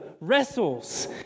wrestles